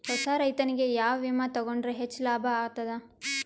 ಹೊಸಾ ರೈತನಿಗೆ ಯಾವ ವಿಮಾ ತೊಗೊಂಡರ ಹೆಚ್ಚು ಲಾಭ ಆಗತದ?